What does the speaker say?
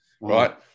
right